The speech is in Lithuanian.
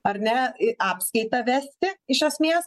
ar ne į apskaitą vesti iš esmės